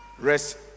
rest